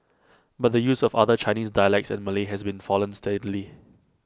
but the use of other Chinese dialects and Malay has been fallen steadily